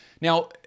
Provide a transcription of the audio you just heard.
Now